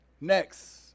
Next